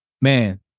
man